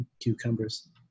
cucumbers